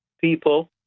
people